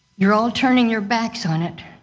you're all turning your backs on it.